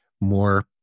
more